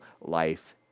life